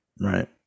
Right